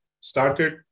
started